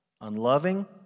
unloving